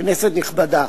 כנסת נכבדה,